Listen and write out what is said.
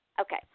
Okay